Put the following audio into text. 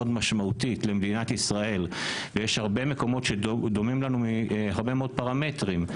משמעותית למדינת ישראל ויש הרבה מקומות שדומים לנו מהרבה מאוד פרמטרים,